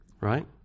right